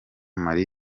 marie